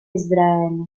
israele